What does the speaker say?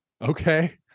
Okay